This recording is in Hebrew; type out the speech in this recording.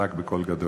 חזק ובקול גדול.